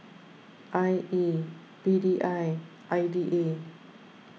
I E P D I I D A